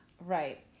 Right